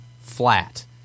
flat